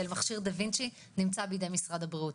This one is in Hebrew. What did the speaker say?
מכשיר דה וינצ'י נמצא בידי משרד הבריאות,